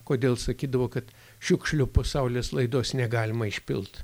kodėl sakydavo kad šiukšlių po saulės laidos negalima išpilt